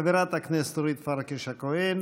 חברת הכנסת אורית פרקש-הכהן.